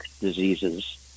diseases